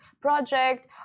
project